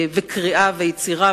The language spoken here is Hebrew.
וקריאה ויצירה,